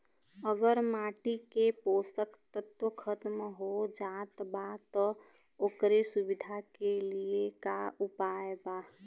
अगर माटी के पोषक तत्व खत्म हो जात बा त ओकरे सुधार के लिए का उपाय बा?